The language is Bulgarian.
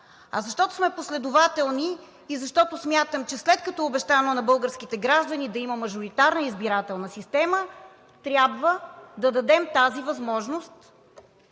а защото сме последователни и защото смятам, че след като е обещано на българските граждани да има мажоритарна избирателна система, трябва да дадем тази възможност